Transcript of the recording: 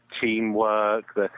teamwork